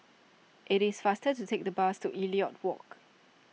it is faster to take the bus to Elliot Walk